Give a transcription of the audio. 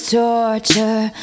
torture